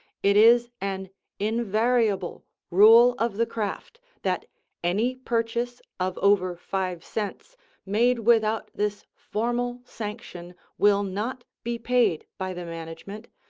it is an invariable rule of the craft that any purchase of over five cents made without this formal sanction will not be paid by the management,